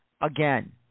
Again